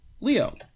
Leo